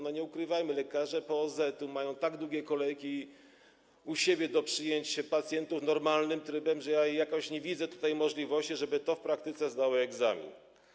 Nie ukrywajmy: lekarze POZ-u mają tak długie kolejki u siebie do przyjęć pacjentów normalnym trybem, że jakoś nie widzę możliwości, żeby to w praktyce zdało egzamin.